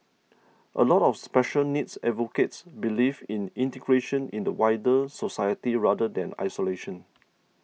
a lot of special needs advocates believe in integration in the wider society rather than isolation